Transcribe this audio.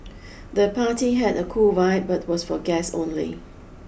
the party had a cool vibe but was for guests only